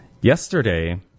Yesterday